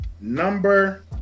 number